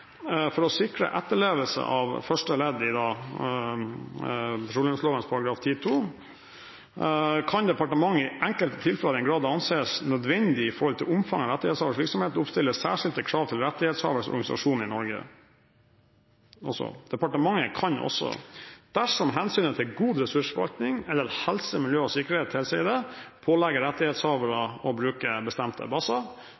å sikre etterlevelse av første ledd kan departementet i det enkelte tilfelle, og i den grad det anses nødvendig i forhold til omfanget av rettighetshavers virksomhet, oppstille særskilte krav til rettighetshavers organisasjon i Norge.» Og så: «Departementet kan også, dersom hensynet til god ressursforvaltning eller helse, miljø og sikkerhet